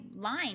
line